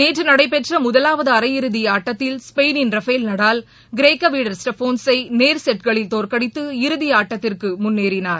நேற்று நடைபெற்ற முதவாவது அரையிறுதி ஆட்டத்தில் ஸ்பெயிளின் ரபேல் நடால் கிரேக்க வீரர் ஸ்டேபோனசை நேர் செட்களில் தோற்கடித்து இறுதி ஆட்டத்திற்கு முன்னேறினார்